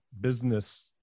business